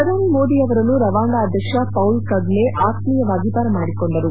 ಪ್ರಧಾನಿ ಮೋದಿ ಅವರನ್ನು ರವಾಂಡ ಅಧ್ಯಕ್ಷ ಪೌಲ್ ಕಗ್ನೆ ಆತ್ತೀಯವಾಗಿ ಬರಮಾಡಿಕೊಂಡರು